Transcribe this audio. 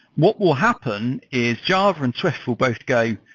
what will happen is java and swift will both go,